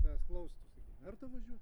tavęs klaustų verta važiuot